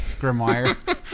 Grimoire